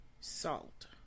Salt